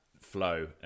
flow